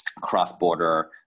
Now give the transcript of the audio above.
cross-border